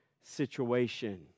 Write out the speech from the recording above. situation